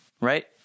right